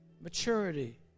maturity